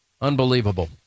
Unbelievable